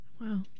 wow